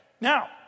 Now